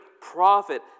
prophet